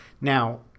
Now